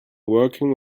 working